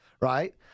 right